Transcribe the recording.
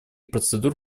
процедур